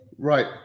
right